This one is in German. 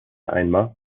einmal